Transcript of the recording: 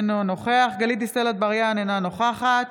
אינו נוכח גלית דיסטל אטבריאן, אינה נוכחת